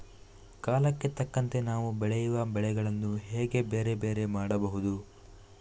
ಕಾಲಕ್ಕೆ ತಕ್ಕಂತೆ ನಾವು ಬೆಳೆಯುವ ಬೆಳೆಗಳನ್ನು ಹೇಗೆ ಬೇರೆ ಬೇರೆ ಮಾಡಬಹುದು?